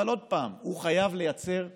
אבל עוד פעם, הוא חייב לייצר מהר,